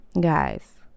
Guys